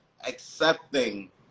accepting